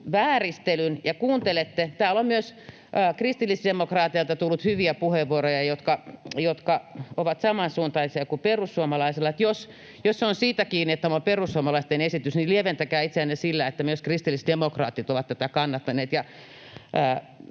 vääristelyn ja kuuntelette. Täällä on myös kristillisdemokraateilta tullut hyviä puheenvuoroja, jotka ovat samansuuntaisia kuin perussuomalaisilla. Jos se on siitä kiinni, että tämä on perussuomalaisten esitys, niin lieventäkää itseänne sillä, että myös kristillisdemokraatit ovat tätä kannattaneet,